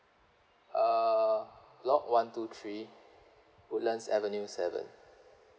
uh block one two three woodlands avenue seven